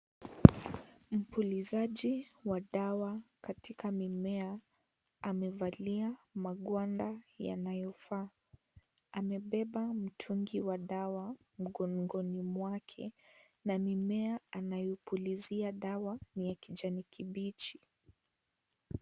Mpulizaji wa dawa katika mimea amevalia magwanda yanayofaa , amebeba mtungi wa dawa mgongoni mwake na mimea anaipulizia dawa ya kijani kibichi.